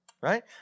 Right